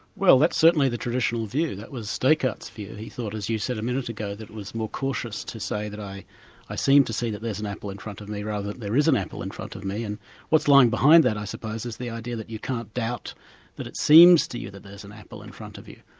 well that's certainly the traditional view. that was descartes' view. he thought, as you said a minute ago, that it was more cautious to say that i i seem to see that there's an apple in front of me, rather than there is an apple in front of me. and what's lying behind that i suppose is the idea that you can't doubt that it seems to you that there's an apple in front of you.